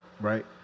Right